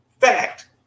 Fact